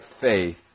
faith